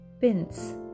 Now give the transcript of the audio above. pins